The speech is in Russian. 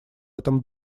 этом